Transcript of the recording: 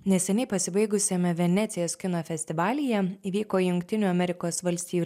neseniai pasibaigusiame venecijos kino festivalyje įvyko jungtinių amerikos valstijų